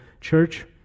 church